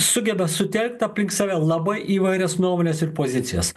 sugeba sutelkt aplink save labai įvairias nuomones ir pozicijas